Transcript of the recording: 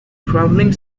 traveling